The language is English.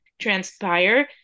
transpire